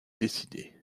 décidée